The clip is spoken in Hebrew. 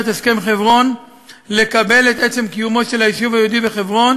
הסכם חברון לקבל את עצם קיומו של היישוב היהודי בחברון